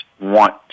want